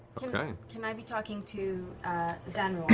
can i be talking to zanror?